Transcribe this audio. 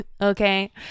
Okay